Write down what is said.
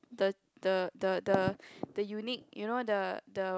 the the the the the unique you know the the